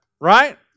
Right